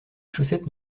chaussettes